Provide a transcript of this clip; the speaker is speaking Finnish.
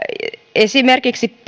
esimerkiksi